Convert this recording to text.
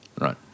Right